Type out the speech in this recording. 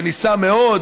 וניסה מאוד,